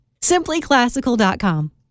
Simplyclassical.com